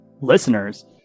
listeners